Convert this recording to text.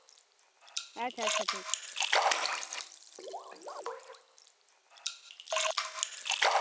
ᱟᱪᱪᱷᱟ ᱟᱪᱪᱷᱟ ᱴᱷᱤᱠ